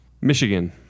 michigan